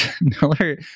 miller